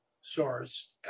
source